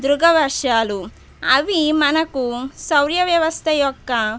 దృగవర్షాలు అవి మనకు సౌర వ్యవస్థ యొక్క